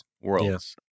worlds